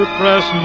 press